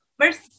First